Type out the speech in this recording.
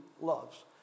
loves